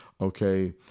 okay